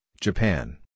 Japan